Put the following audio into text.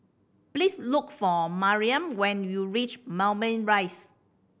please look for Maryam when you reach Moulmein Rise